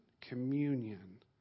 communion